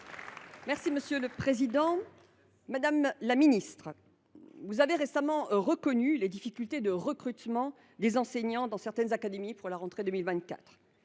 de la jeunesse. Madame la ministre, vous avez récemment reconnu les difficultés de recrutement des enseignants dans certaines académies pour la rentrée 2024.